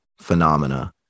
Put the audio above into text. phenomena